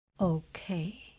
Okay